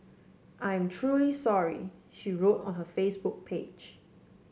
I'm truly sorry she wrote on her Facebook page